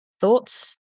Thoughts